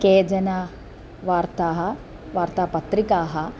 केचन वार्ताः वार्तापत्रिकाः